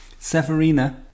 Severina